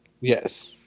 Yes